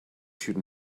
should